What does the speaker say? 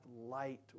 light